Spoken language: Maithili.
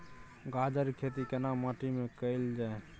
गाजर के खेती केना माटी में कैल जाए?